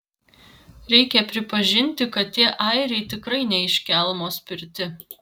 reikia pripažinti kad tie airiai tikrai ne iš kelmo spirti